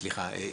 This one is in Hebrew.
סליחה,